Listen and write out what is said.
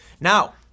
Now